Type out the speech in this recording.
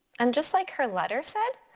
and just like her letter said,